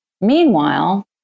Meanwhile